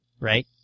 Right